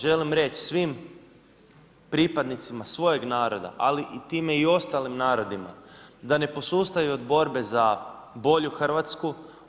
Želim reći svim pripadnicima svojeg naroda, a time i ostalim narodima, da ne posustaju od borbe za bolju Hrvatsku.